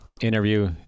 interview